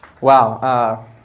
Wow